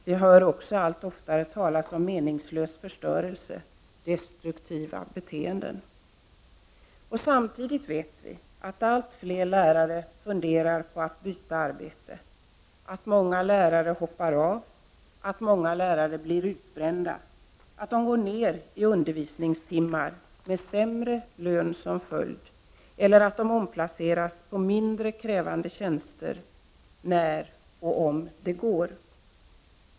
Vi hör också allt oftare talas om meningslös förstörelse, destruktiva beteenden. Samtidigt vet vi att allt fler lärare funderar på att byta arbete, att många lärare hoppar av, att många lärare blir utbrända och går ned i undervisningstimmar eller omplaceras på mindre krävande tjänster, när och om det går.